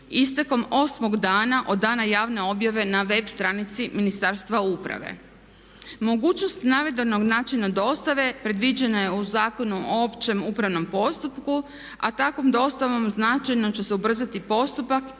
istekom 8. dana od dana javne objave na web stranici Ministarstva uprave. Mogućnost navedenog načina dostave predviđena je u Zakonu o općem upravnom postupku a takvom dostavom značajno će se ubrzati postupak